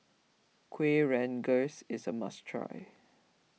Kuih Rengas is a must try